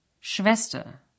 schwester